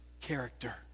character